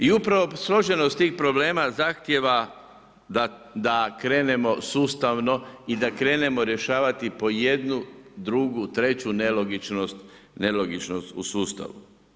I upravo složenost tih problema zahtjeva da krenemo sustavno i da krenemo rješavati po jednu, drugu, treću nelogičnost, u sustavu.